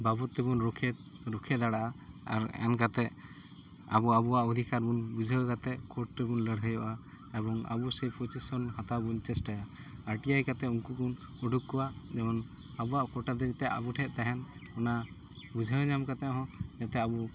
ᱵᱟᱵᱚᱫ ᱛᱮᱵᱚᱱ ᱨᱚᱠᱷᱮ ᱨᱩᱠᱷᱟᱹᱭᱟ ᱫᱟᱲᱮᱭᱟᱜᱼᱟ ᱟᱨ ᱮᱱᱠᱟᱛᱮ ᱟᱵᱚ ᱟᱵᱚᱣᱟᱜ ᱚᱫᱷᱤᱠᱟᱨ ᱵᱚᱱ ᱵᱩᱡᱷᱟᱹᱣ ᱠᱟᱛᱮ ᱠᱳᱴ ᱨᱮᱵᱚᱱ ᱞᱟᱹᱲᱦᱟᱹᱭᱚᱜᱼᱟ ᱮᱵᱚᱝ ᱟᱵᱚ ᱥᱮᱱ ᱯᱚᱡᱤᱥᱮᱱ ᱦᱟᱛᱟᱣ ᱵᱚᱱ ᱪᱮᱥᱴᱟᱭᱟ ᱟᱨᱴᱤ ᱟᱭ ᱠᱟᱛᱮ ᱩᱱᱠᱩ ᱵᱚᱱ ᱩᱰᱩᱠ ᱠᱚᱣᱟ ᱡᱮᱢᱚᱱ ᱟᱵᱚᱣᱟᱜ ᱠᱳᱴᱟ ᱛᱮ ᱡᱟᱛᱮ ᱟᱵᱚ ᱴᱷᱮᱡ ᱛᱟᱦᱮᱱ ᱚᱱᱟ ᱵᱩᱡᱷᱟᱹᱣ ᱧᱟᱢ ᱠᱟᱛᱮ ᱦᱚᱸ ᱡᱟᱛᱮ ᱟᱵᱚ